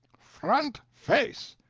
front face!